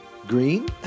Green